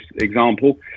example